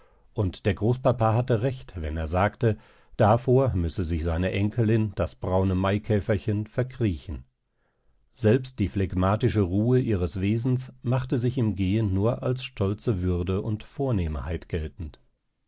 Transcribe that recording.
und der großpapa hatte recht wenn er sagte davor müsse sich seine enkelin das braune maikäferchen verkriechen selbst die phlegmatische ruhe ihres wesens machte sich im gehen nur als stolze würde und vornehmheit geltend